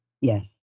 Yes